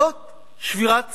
זאת שבירת סולידריות.